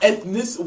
Ethnic